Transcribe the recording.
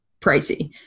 pricey